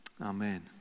Amen